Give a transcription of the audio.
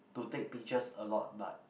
to take pictures a lot but